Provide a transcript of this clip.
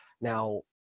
Now